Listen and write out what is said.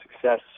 success